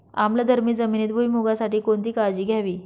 आम्लधर्मी जमिनीत भुईमूगासाठी कोणती काळजी घ्यावी?